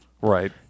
right